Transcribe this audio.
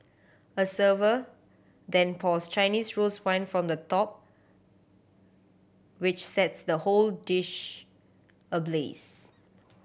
a server then pours Chinese rose wine from the top which sets the whole dish ablaze